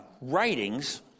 writings